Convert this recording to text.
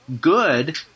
good